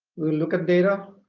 we'll look at data